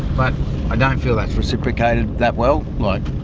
but i don't feel that's reciprocated that well, like,